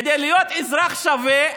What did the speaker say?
כדי להיות אזרח שווה,